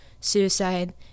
suicide